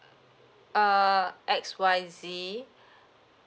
uh err X Y Z